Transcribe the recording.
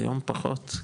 היום פחות,